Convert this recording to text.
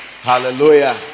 Hallelujah